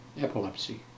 epilepsy